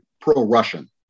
pro-Russian